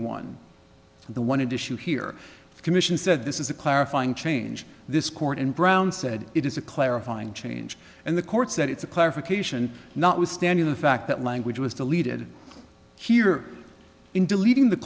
one the one additional here the commission said this is a clarifying change this court and brown said it is a clarifying change and the court said it's a clarification notwithstanding the fact that language was deleted here in deleting the